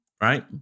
right